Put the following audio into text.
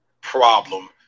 problem